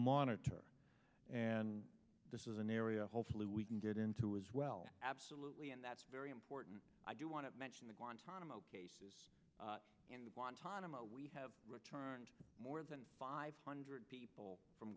monitor and this is an area hopefully we can get into as well absolutely and that's very important i do want to mention the guantanamo cases and wanted him a we have returned more than five hundred people from